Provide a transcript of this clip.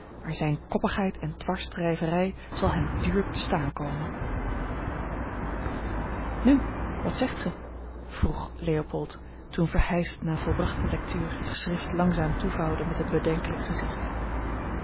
maar zijn koppigheid en dwarsdrijverij zal hem duur te staan komen nu wat zegt gij vroeg leopold toen verheyst na volbrachte lectuur het geschrift langzaam toevouwde met een bedenkelijk gezicht